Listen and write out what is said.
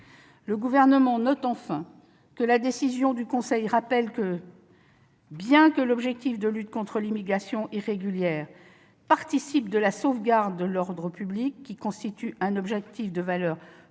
Le Gouvernement relève enfin que la décision du Conseil constitutionnel rappelle bien que « l'objectif de lutte contre l'immigration irrégulière participe de la sauvegarde de l'ordre public, qui constitue un objectif de valeur